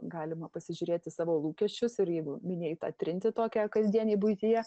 galima pasižiūrėt į savo lūkesčius ir jeigu minėjai tą trintį tokią kasdienėj buityje